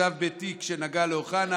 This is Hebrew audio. הוא ישב בתיק שנגע לאוחנה.